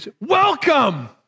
Welcome